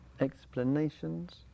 Explanations